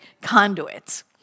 conduits